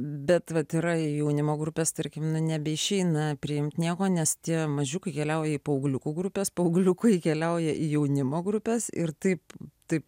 bet yra jaunimo grupes tarkim nebeišeina priimti nieko nes tie mažiukai keliauja į paaugliukų grupės paaugliukui keliauja į jaunimo grupes ir taip taip